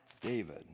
David